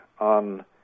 on